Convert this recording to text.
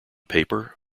paper